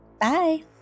Bye